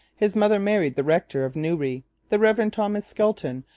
his mother married the rector of newry, the reverend thomas skelton,